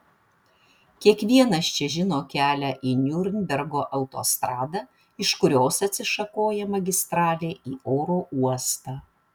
kiekvienas čia žino kelią į niurnbergo autostradą iš kurios atsišakoja magistralė į oro uostą